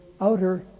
outer